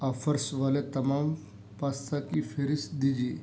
offers والے تمام pasta کی فہرست دیجیے